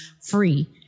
free